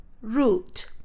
root